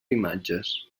imatges